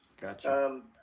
Gotcha